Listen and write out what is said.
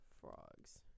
Frogs